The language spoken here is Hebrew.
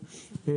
לי?